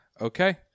Okay